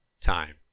time